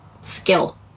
skill